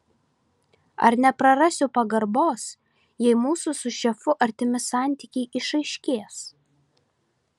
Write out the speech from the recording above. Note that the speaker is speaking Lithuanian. ar neprarasiu pagarbos jei mūsų su šefu artimi santykiai išaiškės